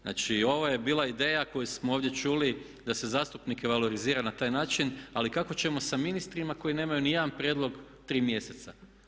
Znači ovo je bila ideja koju smo ovdje čuli da se zastupnike valorizira na taj način ali kako ćemo sa ministrima koji nemaju nijedan prijedlog tri mjeseca?